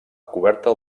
coberta